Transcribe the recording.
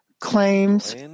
claims